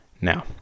Now